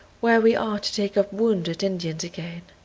where we are to take up wounded indians again.